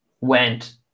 went